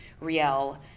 Riel